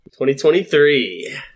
2023